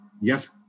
yes